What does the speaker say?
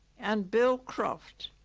and bill croft